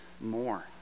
more